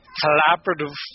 collaborative